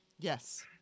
Yes